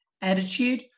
attitude